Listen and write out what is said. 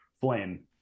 flame